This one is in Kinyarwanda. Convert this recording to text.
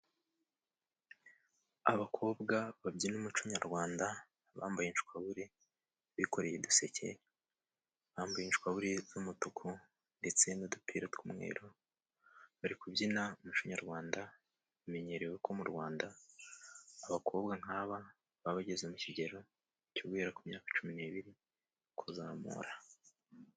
Abakobwa babyina umuco nyarwanda, bambaye inshwaburi bikoreye uduseke, bambaye inshwaburi z'umutuku ndetse n'udupira tw'umweru, bari kubyina mu kinyarwanda, bimenyerewe ko mu Rwanda abakobwa nk'aba, baba bageze mu kigero cyo guhera ku myaka cumi n'ibiri kuzamura.